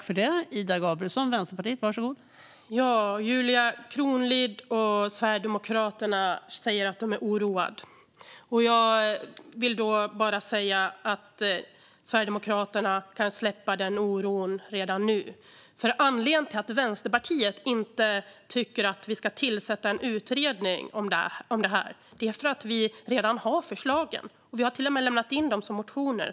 Fru talman! Julia Kronlid och Sverigedemokraterna säger att de är oroade. Sverigedemokraterna kan släppa den oron redan nu. Vänsterpartiet tycker inte att det ska tillsättas en utredning eftersom vi redan har förslagen. Vi har till och med lämnat in dem i form av motioner.